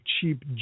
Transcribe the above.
cheap